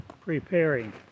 preparing